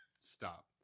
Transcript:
Stop